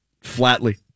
flatly